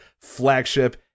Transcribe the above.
FLAGSHIP